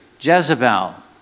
Jezebel